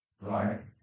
right